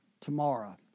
Tomorrow